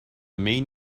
main